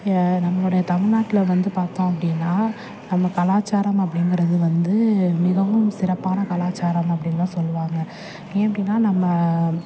நம்மளோட தமிழ்நாட்ல வந்து பார்த்தோம் அப்படின்னா நம்ம கலாச்சாரம் அப்படிங்கறது வந்து மிகவும் சிறப்பான கலாச்சாரம் அப்படின்தான் சொல்லுவாங்க ஏன் அப்படின்னா நம்ம